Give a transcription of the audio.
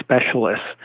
specialists